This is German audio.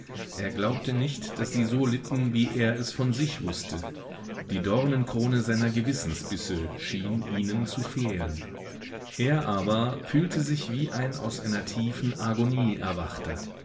er glaubte nicht daß sie so litten wie er es von sich wußte die dornenkrone seiner gewissensbisse schien ihnen zu fehlen er aber fühlte sich wie ein aus einer tiefen agonie